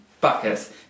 buckets